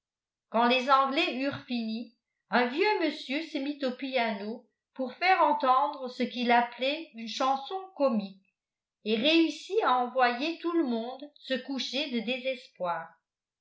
quand les anglais eurent fini un vieux monsieur se mit au piano pour faire entendre ce qu'il appelait une chanson comique et réussit à envoyer tout le monde se coucher de désespoir